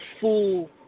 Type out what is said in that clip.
full